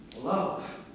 love